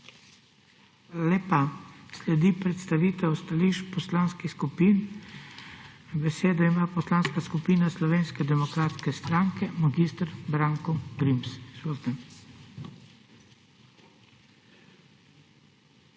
lepa. Sledi predstavitev stališč poslanskih skupin. Besedo ima Poslanska skupina Slovenske demokratske stranke, v njenem imenu mag.